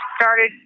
started